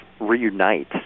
reunite